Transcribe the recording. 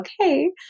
okay